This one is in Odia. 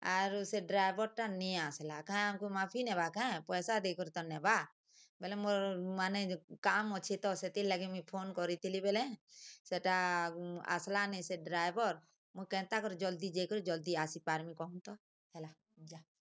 ଆରୁ ସେ ଡ୍ରାଏଭର୍ଟା ନି ଆସ୍ଲା କାଁ ଆମ୍କୁ ମାଫି ନେବାକେଁ ପଇସା ଦେଇକରି ତ ନେବା ବଲେ ମୋର୍ ମାନେ କାମ୍ ଅଛେ ତ ସେଥିର୍ଲାଗି ମୁଇଁ ଫୋନ୍ କରିଥିଲି ବେଲେଁ ସେଟା ଆସ୍ଲା ନି ସେ ଡ୍ରାଇଭର୍ ମୁଇଁ କେନ୍ତା କରି ଜଲ୍ଦି ଯେଇକରି ଜଲ୍ଦି ଆସିପାର୍ମି କହୁନ୍ ତ ହେଲା ଯା